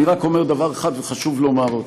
אני רק אומר דבר אחד, וחשוב לומר אותו: